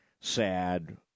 sad